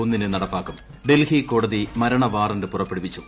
ഒന്നിന് നടപ്പാക്കും ഡൽഹി കോടതി മരണവാറണ്ട് പുറപ്പെടുവിച്ചു